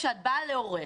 כשאת באה להורה,